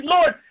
Lord